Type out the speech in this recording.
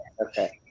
Okay